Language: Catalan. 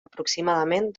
aproximadament